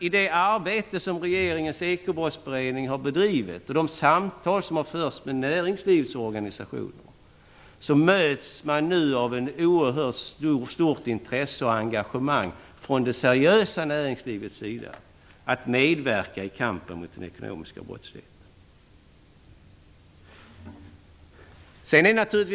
I det arbete som regeringens ekobrottsberedning har bedrivit och i de samtal som har förts med näringslivets organisationer möts man nu av ett oerhört stort intresse och engagemang från det seriösa näringslivets sida för att medverka i kampen mot den ekonomiska brottsligheten.